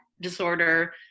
disorder